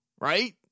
right